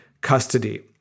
custody